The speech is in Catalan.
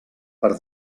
per